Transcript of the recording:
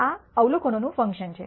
આ અવલોકનોનું ફંકશન છે